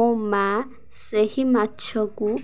ମୋ ମାଆ ସେହି ମାଛକୁ